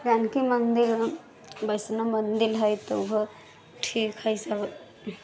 जानकी मन्दिर वैष्णो मन्दिर हइ तऽ ओहो ठीक हइ सब